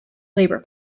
labour